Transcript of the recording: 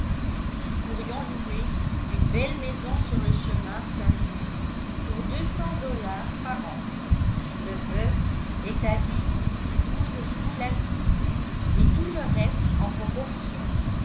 nous pourrions louer une belle maison sur le chemin saint-louis pour deux cents dollars par an le bœuf est à dix ou douze sous la livre et tout le reste en proportion